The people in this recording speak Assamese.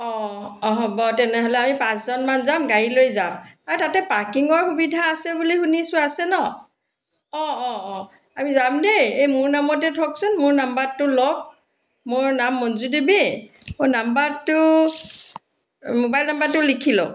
অঁ অঁ হ'ব তেনেহলে আমি পাঁচ জনমান যাম গাড়ী লৈ যাম আৰু তাতে পাৰ্কিঙৰ সুবিধা আছে বুলি শুনিছোঁ আছে ন অঁ অঁ অঁ আমি যাম দেই এই মোৰ নামতেই থওকচোন মোৰ নাম্বাৰটো লওক মোৰ নাম মঞ্জু দেৱী মোৰ নাম্বাৰটো মোবাইল নম্বাৰটো লিখি লওক